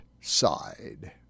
side